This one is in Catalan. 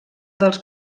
dels